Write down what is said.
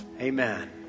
Amen